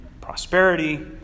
prosperity